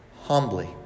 humbly